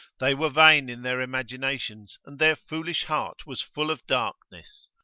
they were vain in their imaginations, and their foolish heart was full of darkness,